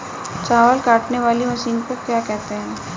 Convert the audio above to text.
चावल काटने वाली मशीन को क्या कहते हैं?